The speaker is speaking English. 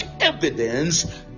evidence